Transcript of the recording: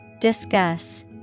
Discuss